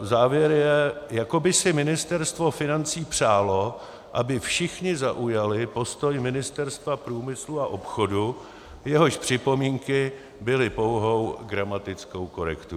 Závěr je: jako by si Ministerstvo financí přálo, aby všichni zaujali postoj Ministerstva průmyslu a obchodu, jehož připomínky byly pouhou gramatickou korekturou.